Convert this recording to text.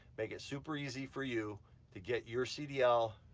make it super easy for you to get your cdl,